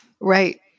Right